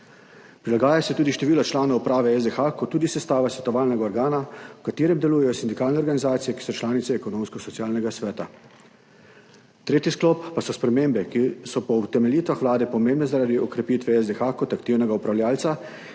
Prilagaja se tudi število članov uprave SDH kot tudi sestava svetovalnega organa, v katerem delujejo sindikalne organizacije, ki so članice Ekonomsko-socialnega sveta. Tretji sklop pa so spremembe, ki so po utemeljitvah Vlade pomembne, zaradi okrepitve SDH kot aktivnega upravljavca